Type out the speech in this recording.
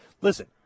listen